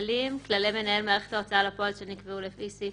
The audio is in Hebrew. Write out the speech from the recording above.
"כללים" כללי מנהל מערכת ההוצאה לפועל שנקבעו לפי סעיף